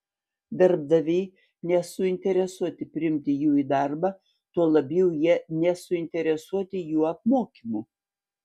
darbdaviai nesuinteresuoti priimti jų į darbą tuo labiau jie nesuinteresuoti jų apmokymu